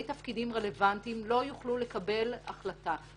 תפקידים רלוונטיים לא יוכל לקבל החלטה,